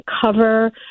cover